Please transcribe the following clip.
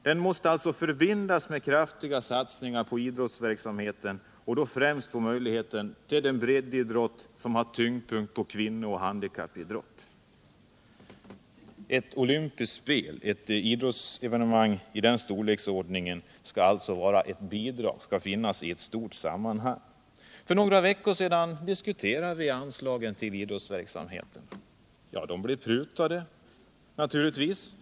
Den måste alltså förbindas med kraftiga satsningar på idrottsverksamheten, främst på möjligheten till en breddidrott som har tyngdpunklen på kvinno och handikappidrott. Ett idrottsevenemang i storleksordningen olympiska spel skall alltså sättas in i ett större sammanhang. För några veckor sedan diskuterade vi anslagen till idrottsverksamheten. De blev prutade — naturligtvis.